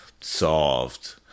solved